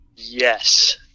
yes